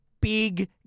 Big